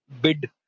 bid